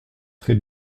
très